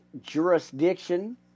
jurisdiction